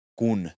kun